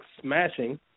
smashing